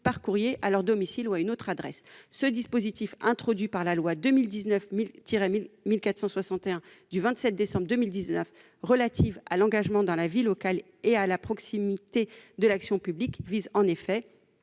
par écrit à leur domicile ou à une autre adresse ». Ce dispositif introduit par la loi n° 2019-1461 du 27 décembre 2019 relative à l'engagement dans la vie locale et à la proximité de l'action publique vise en effet